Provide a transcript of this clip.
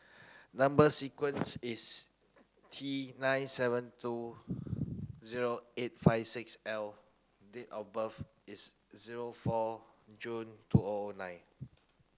number sequence is T nine seven two zero eight five six L date of birth is zero four June two O O nine